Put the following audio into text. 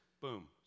Boom